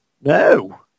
No